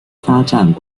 发展